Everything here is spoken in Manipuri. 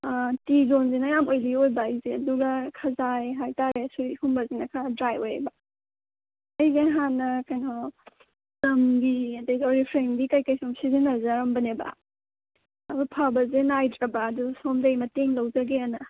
ꯑꯥ ꯇꯤ ꯖꯣꯟꯁꯤꯅ ꯌꯥꯝ ꯑꯣꯏꯜꯂꯤ ꯑꯣꯏꯕ ꯑꯩꯁꯦ ꯑꯗꯨꯒ ꯈꯖꯥꯏ ꯍꯥꯏꯇꯥꯔꯦ ꯁꯤꯒꯨꯝꯕꯁꯤꯅ ꯈꯔ ꯗ꯭ꯔꯥꯏ ꯑꯣꯏꯌꯦꯕ ꯑꯩꯁꯦ ꯍꯥꯟꯅ ꯀꯩꯅꯣ ꯄ꯭ꯂꯝꯒꯤ ꯑꯗꯨꯗꯒꯤ ꯑꯣꯔꯤꯐ꯭ꯜꯦꯝꯒꯤ ꯀꯩ ꯀꯩ ꯁꯨꯝ ꯁꯤꯖꯤꯟꯅꯖꯔꯝꯕꯅꯦꯕ ꯑꯗꯨ ꯐꯕꯁꯦ ꯅꯥꯏꯗ꯭ꯔꯕ ꯑꯗꯨ ꯁꯣꯝꯗꯒꯤ ꯃꯇꯦꯡ ꯂꯧꯖꯒꯦꯅ